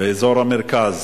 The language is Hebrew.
באזור המרכז